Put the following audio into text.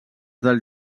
dels